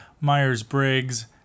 Myers-Briggs